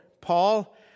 Paul